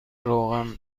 روغن